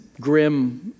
grim